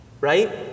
Right